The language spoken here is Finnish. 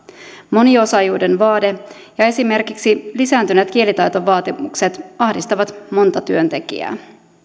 moniosaajuuden vaade ja esimerkiksi lisääntyneet kielitaitovaatimukset ahdistavat monta työntekijää